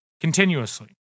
continuously